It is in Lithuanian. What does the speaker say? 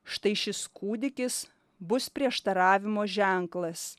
štai šis kūdikis bus prieštaravimo ženklas